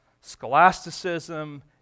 scholasticism